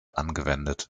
angewendet